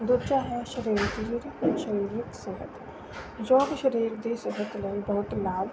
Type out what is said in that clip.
ਦੂਜਾ ਹੈ ਸਰੀਰ ਦੀ ਸਰੀਰਕ ਸਿਹਤ ਜੋ ਕਿ ਸਰੀਰ ਦੀ ਸਿਹਤ ਲਈ ਬਹੁਤ ਲਾਭਕਾਰੀ